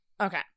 okay